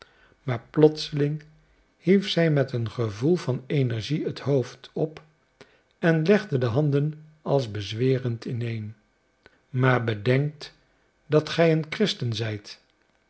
maar plotseling hief zij met een gevoel van energie het hoofd op en legde de handen als bezwerend ineen maar bedenkt dat gij een christen zijt